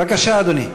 בבקשה, אדוני.